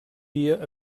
dia